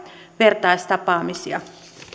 vertaistapaamisia